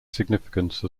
significance